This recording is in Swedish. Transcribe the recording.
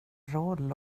roll